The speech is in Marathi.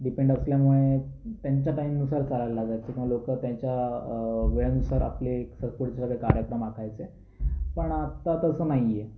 डिपेंड असल्यामुळे त्यांचा टाईमनुसार चालायला लागायचं किवा लोकं त्यांच्या वेळेनुसार आपले पुढचे सगळे कार्यक्रम आखायचे पण आता तसं नाही आहे